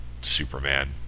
Superman